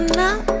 now